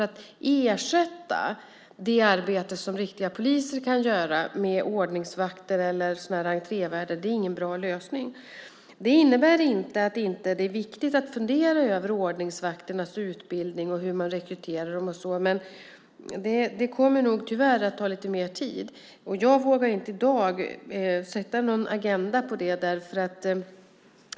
Att ersätta det arbete som riktiga poliser kan göra med ordningsvakter eller sådana här entrévärdar är ingen bra lösning. Det innebär inte att det inte är viktigt att fundera över ordningsvakternas utbildning, hur man rekryterar dem och så, men det kommer nog tyvärr att ta lite mer tid. Jag vågar inte i dag sätta någon agenda för det.